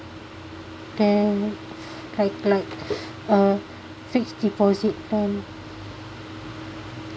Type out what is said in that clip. then like like uh fixed deposit plan